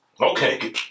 okay